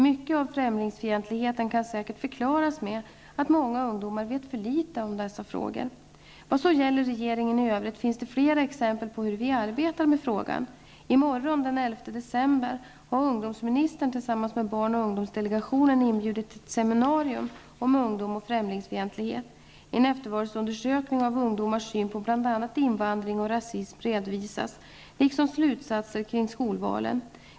Mycket av främlingsfientligheten kan säkert förklaras med att många ungdomar vet för litet om dessa frågor. Vad så gäller regeringen i övrigt finns det flera exempel på hur vi arbetar med frågan. I morgon, den 11 december, har ungdomsministern tillsammans med Barn och ungdomsdelegationen inbjudit till ett seminarium om ungdom och främlingsfientlighet. En eftervalsundersökning av ungdomars syn på bl.a. invandring och rasism redovisas, liksom slutsatser kring skolvalen.